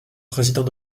président